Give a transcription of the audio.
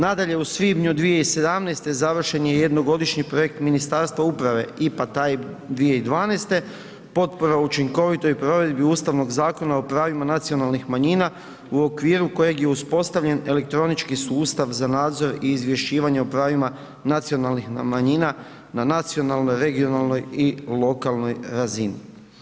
Nadalje, u svibnju 2017. završen je jednogodišnji projekt Ministarstva uprave IPA TAIB 2012. potpora učinkovitoj provedbi Ustavnog zakona o pravima nacionalnih manjina u okviru kojeg je uspostavljen elektronički sustav za nadzor i izvješćivanje o pravima nacionalnih manjina na nacionalnoj, regionalnoj i lokalnoj razini.